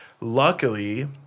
Luckily